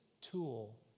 tool